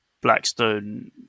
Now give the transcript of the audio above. Blackstone